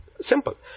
Simple